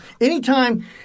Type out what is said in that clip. Anytime